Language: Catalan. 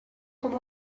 com